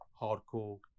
hardcore